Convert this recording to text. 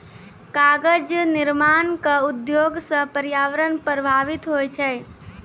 कागज निर्माण क उद्योग सँ पर्यावरण प्रभावित होय छै